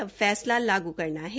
अब फैसला लागू करना है